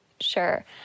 Sure